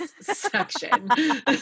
section